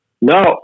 No